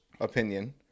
opinion